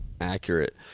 accurate